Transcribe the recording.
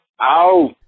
ow